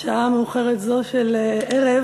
בשעה מאוחרת זו של ערב,